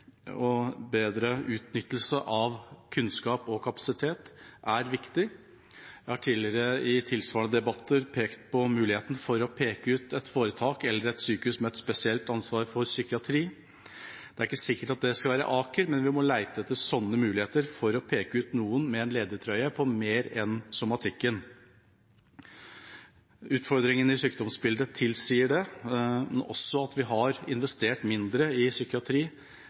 utnyttelse av kunnskap og kapasitet er viktig. Jeg har tidligere, i tilsvarende debatter, pekt på muligheten for å peke ut et foretak eller et sykehus med et spesielt ansvar for psykiatri. Det er ikke sikkert at det skal være Aker, men vi må lete etter slike muligheter for å peke ut noen til å ha en ledertrøye på mer enn somatikken. Utfordringene i sykdomsbildet tilsier det, men også at vi har investert mindre i psykiatri